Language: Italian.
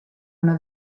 una